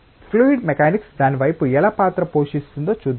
fluid mechanics దాని వైపు ఎలా పాత్ర పోషిస్తుందో చూద్దాం